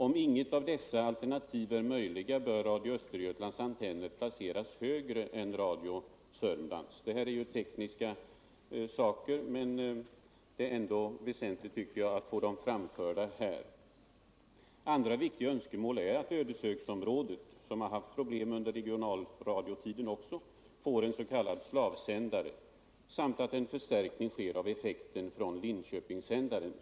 Om inget av dessa alternativ är möjliga. bör Radio Östergötlands antenner placeras högre än Radio Sörmlands. Detta är tekniska frågor, men jag tycker ändå att det är väsentligt att få dem framförda här. Andra viktiga önskemål är att Ödeshögsområdet, som haft problem även under regionalradiotiden, får en s.k. slavsändare och att det sker en förstärkning av effekten från Linköpingsändaren.